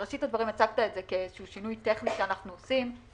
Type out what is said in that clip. בראשית הדברים הצגת את זה כאיזשהו שינוי טכני שאנחנו עושים.